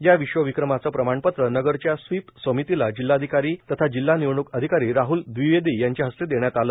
या विश्वविक्रमाचं प्रमाणपत्र नगरच्या स्वीप समितीला जिल्हाधिकारी तथा जिल्हा निवडणूक अधिकारी राहल दविवेदी यांच्या हस्ते देण्यात आलं